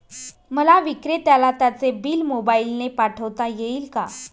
मला विक्रेत्याला त्याचे बिल मोबाईलने पाठवता येईल का?